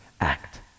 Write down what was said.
act